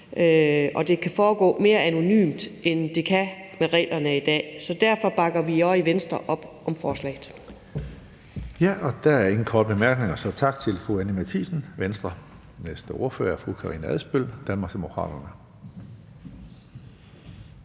at det kan foregå mere anonymt, end det kan, som reglerne er i dag. Derfor bakker vi i Venstre også op om forslaget.